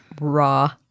raw